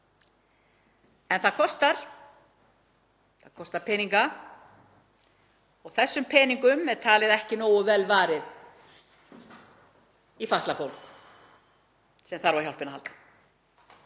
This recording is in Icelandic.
En það kostar. Það kostar peninga og þessum peningum er talið ekki nógu vel varið í fatlað fólk sem þarf á hjálpinni að halda.